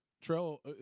Trail